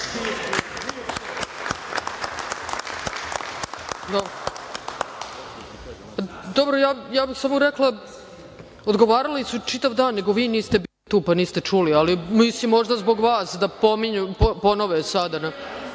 Ja bih samo rekla - odgovarali su čitav dan, nego vi niste bili tu, pa niste čuli, ali mislim možda zbog vas da ponove sada. Sada